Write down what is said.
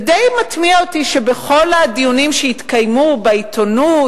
ודי מתמיה אותי שבכל הדיונים שהתקיימו בעיתונות,